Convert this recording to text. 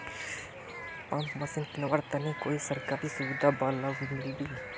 Pump machine किनवार तने कोई सरकारी सुविधा बा लव मिल्बी?